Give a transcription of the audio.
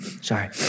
sorry